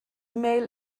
mail